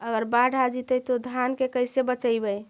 अगर बाढ़ आ जितै तो धान के कैसे बचइबै?